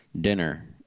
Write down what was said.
dinner